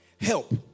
Help